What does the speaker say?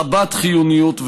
רבת-חיוניות והדר,